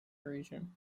region